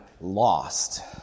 lost